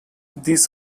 this